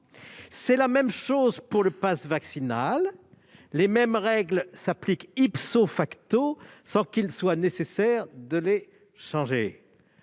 C'est la même chose pour le passe vaccinal : les mêmes règles s'appliquent sans qu'il soit nécessaire de les modifier.